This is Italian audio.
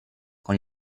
con